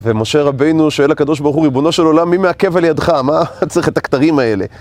ומשה רבינו שואל הקדוש ברוך הוא ריבונו של עולם מי מעכב על ידך מה אתה צריך את הכתרים האלה